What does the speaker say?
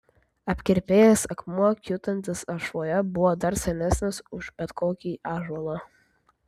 apkerpėjęs akmuo kiūtantis ašvoje buvo dar senesnis už bet kokį ąžuolą